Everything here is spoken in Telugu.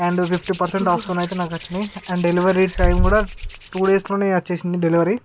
అండ్ ఫిఫ్టీ పర్సెంట్ ఆఫ్తోని అయితే నాకు వచ్చినాయి అండ్ డెలివరీ టైం కూడా టూ డేస్లోనే వచ్చేసింది డెలివరీ